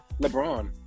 LeBron